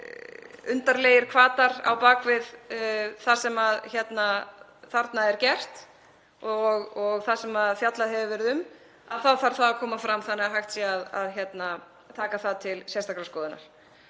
undarlegir hvatar á bak við það sem þarna er gert og fjallað hefur verið um þá þarf það að koma fram þannig að hægt sé að taka það til sérstakrar skoðunar.